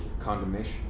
condemnation